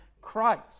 Christ